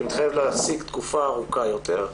שמתחייב להעסיק תקופה ארוכה יותר,